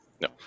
No